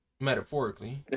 metaphorically